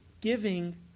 giving